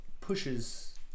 pushes